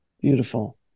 beautiful